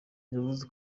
yavuze